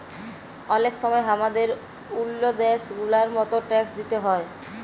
অলেক সময় হামাদের ওল্ল দ্যাশ গুলার মত ট্যাক্স দিতে হ্যয়